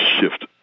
shift